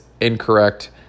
incorrect